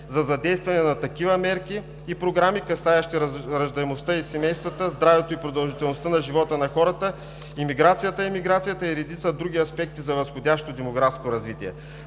за задействане на такива мерки и програми, касаещи раждаемостта и семействата, здравето и продължителността на живота на хората, емиграцията и имиграцията, и редица други аспекти за възходящо демографско развитие.